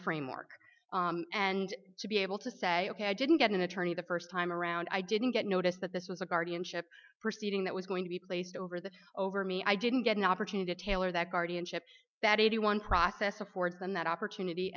framework and to be able to say ok i didn't get an attorney the first time around i didn't get notice that this was a guardianship proceeding that was going to be placed over the over me i didn't get an opportunity to tailor that guardianship that eighty one process affords them that opportunity